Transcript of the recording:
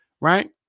right